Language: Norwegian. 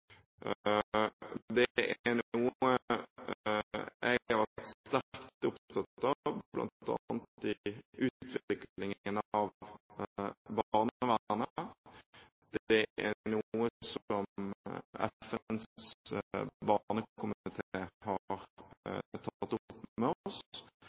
noe jeg har vært sterkt opptatt av, bl.a. i utviklingen av barnevernet. Det er noe som FNs barnekomité har